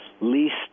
least